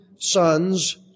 sons